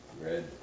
Red